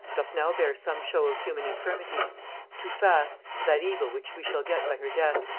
doth now bear some show of human infirmity too fast, for that evil which we shall get by her death,